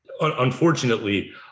unfortunately